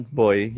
boy